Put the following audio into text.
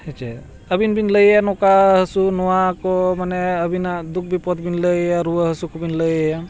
ᱦᱮᱸ ᱥᱮ ᱟᱹᱵᱤᱱ ᱵᱤᱱ ᱞᱟᱹᱭᱟ ᱱᱚᱠᱟ ᱦᱟᱥᱩ ᱱᱚᱣᱟ ᱠᱚ ᱢᱟᱱᱮ ᱟᱹᱵᱤᱱᱟᱜ ᱫᱩᱠ ᱵᱤᱯᱚᱫ ᱵᱤᱱ ᱞᱟᱹᱭᱟ ᱨᱩᱣᱟᱹ ᱦᱟᱹᱥᱩ ᱠᱚᱵᱤᱱ ᱞᱟᱹᱭ ᱟᱭᱟ